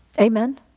Amen